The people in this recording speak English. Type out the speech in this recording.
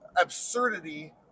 absurdity